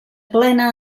plena